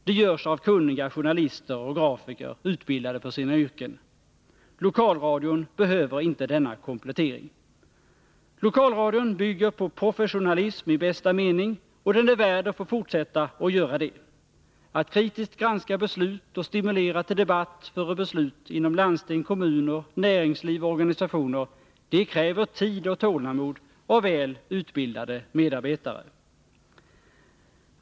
De görs av kunniga journalister och grafiker, utbildade för sina yrken. Lokalradion behöver inte denna komplettering. Lokalradion bygger på professionalism i bästa mening, och den är värd att få fortsätta att göra det. Att kritiskt granska beslut och stimulera till debatt före beslut inom landsting, kommuner, näringsliv och organisationer — det kräver tid och tålamod av väl utbildade medarbetare.